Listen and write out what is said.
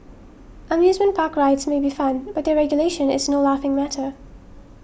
amusement park rides may be fun but their regulation is no laughing matter